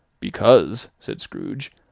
because, said scrooge,